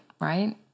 right